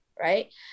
right